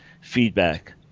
feedback